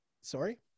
sorry